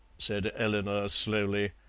said eleanor slowly,